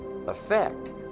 Effect